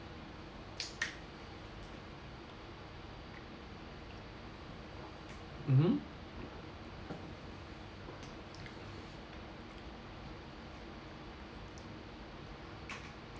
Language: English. mmhmm